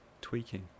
tweaking